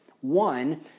one